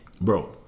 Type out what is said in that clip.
bro